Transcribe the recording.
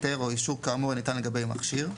היתר או אישור כאמור הניתן לגבי מכשיר,